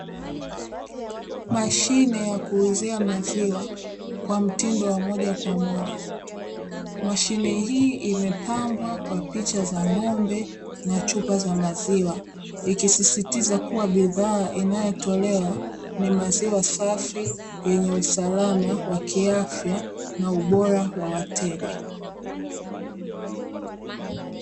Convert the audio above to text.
Mashine ya kuuzia maziwa kwa mtindo wa moja kwa moja, mashine hii imepambwa kwa picha za ng'ombe na chupa za maziwa ikisisitiza kuwa bidhaa inayotolewa ni maziwa safi yenye usalama wa kiafya na ubora wa wateja.